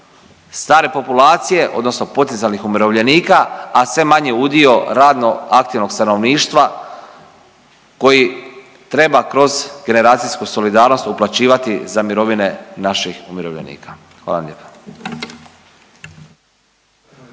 stare populacije odnosno potencijalnih umirovljenika, a sve manji udio radno aktivnog stanovništva koji treba kroz generacijsku solidarnost uplaćivati za mirovine naših umirovljenika. Hvala vam lijepa.